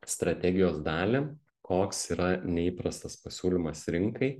strategijos dalį koks yra neįprastas pasiūlymas rinkai